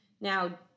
Now